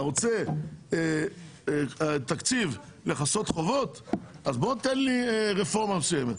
אתה רוצה תקציב לכסות חובות בוא תן לי רפורמה מסוימת.